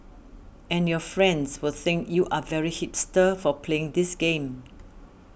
and your friends will think you are very hipster for playing this game